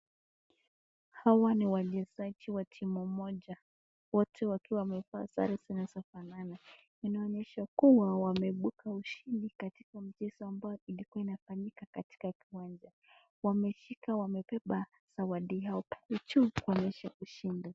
Hawa ni wachezaji wa timu moja. Wote wakiwa wamevaa sare zinazofanana. Inaonyesha kuwa wameibuka ushindi katika mchezo ambao ilikuwa inafanyika katika kiwanja. Wameshika wamebeba zawadi yao juu kuonyesha kushinda.